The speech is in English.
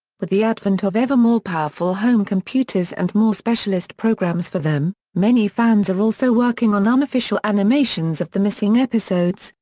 with the advent of ever-more-powerful home computers and more specialist programs for them, many fans are also working on unofficial animations of the missing episodes,